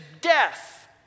death